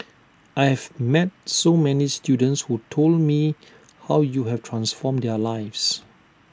I have met so many students who told me how you have transformed their lives